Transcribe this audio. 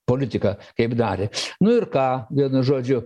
politika kaip darė nu ir ką vienu žodžiu